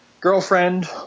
girlfriend